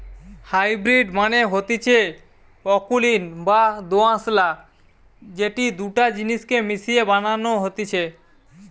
hybrid মানে হতিছে অকুলীন বা দোআঁশলা যেটি দুটা জিনিস কে মিশিয়ে বানানো হতিছে